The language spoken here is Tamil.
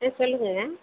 ஆ சொல்லுங்கங்க